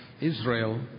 Israel